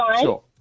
Sure